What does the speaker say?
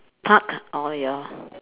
park or your